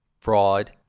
fraud